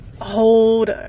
hold